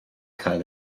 cael